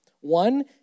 One